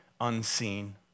unseen